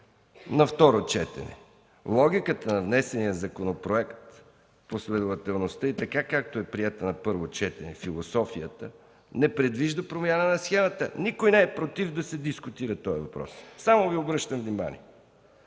на второ четене. Логиката на днешния законопроект, последователността и така, както е приета философията на първо четене, не предвижда промяна на схемата. Никой не е против да се дискутира този въпрос. Само Ви обръщам внимание.